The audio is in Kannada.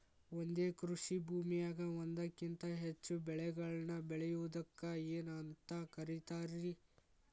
ಒಂದೇ ಕೃಷಿ ಭೂಮಿಯಾಗ ಒಂದಕ್ಕಿಂತ ಹೆಚ್ಚು ಬೆಳೆಗಳನ್ನ ಬೆಳೆಯುವುದಕ್ಕ ಏನಂತ ಕರಿತಾರಿ?